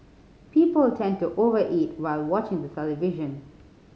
people tend to over eat while watching the television